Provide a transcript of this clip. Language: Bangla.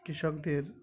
কৃষকদের